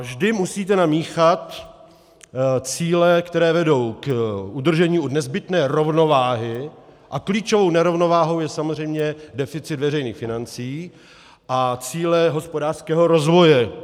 Vždy musíte namíchat cíle, které vedou k udržení nezbytné rovnováhy, a klíčovou nerovnováhou je samozřejmě deficit veřejných financí, a cíle hospodářského rozvoje.